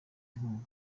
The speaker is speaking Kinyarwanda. inkunga